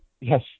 Yes